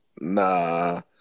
nah